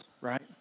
right